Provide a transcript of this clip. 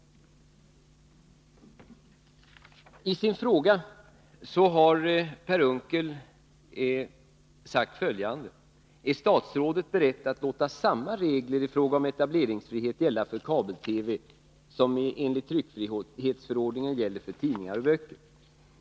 I sin fråga har Per Unckel sagt följande: Är statsrådet beredd att låta samma regler i fråga om etableringsfrihet gälla för kabel-TV som enligt tryckfrihetsförordningen gäller för tidningar och böcker?